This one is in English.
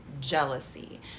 jealousy